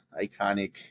iconic